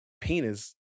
penis